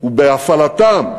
בהפעלתם,